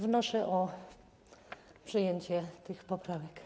Wnoszę o przyjęcie tych poprawek.